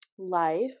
life